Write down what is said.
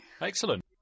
Excellent